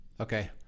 Okay